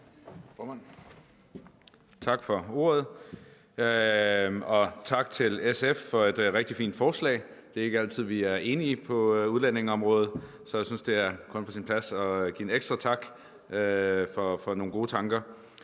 Tak for ordet. Tak til SF for et rigtig fint forslag. Det er ikke altid, vi er enige på udlændingeområdet, så jeg synes, det kun er på sin plads at give en ekstra tak for nogle gode tanker.